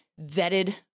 vetted